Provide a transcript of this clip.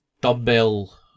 dumbbell